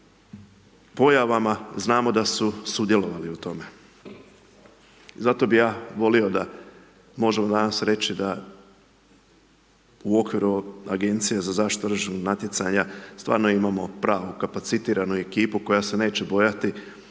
pojavama, znamo da su sudjelovali u tome. Zato bi ja volio da možemo danas reći u okviru Agencije za zaštitu tržišnog natjecanja stvarno imamo stvarno kapacitiranu ekipu koja se neće bojati